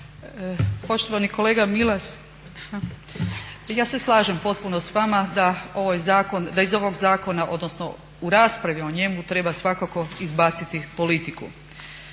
Poštovani kolega Milas, ja se slažem potpuno s vama da iz ovog zakona, odnosno u raspravi o njemu treba svakako izbaciti politiku.